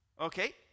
Okay